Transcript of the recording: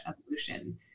evolution